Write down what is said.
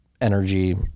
energy